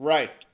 Right